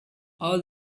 all